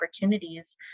opportunities